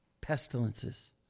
pestilences